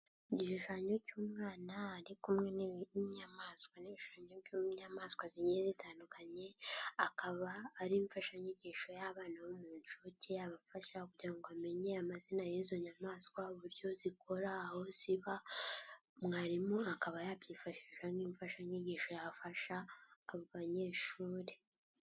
Igishushanyo cy'umwana ari kumwe n'inyamaswa n'ibishushanyo by'inyamaswa zigiye zitandukanye, akaba ari imfashanyigisho y'abana bo mu ncuke yabafasha kugira ngo amenye amazina y'izo nyamaswa, uburyo zikora, aho ziba, mwarimu akaba yabyifashisha nk'imfashanyigisho yafasha abo banyeshuri.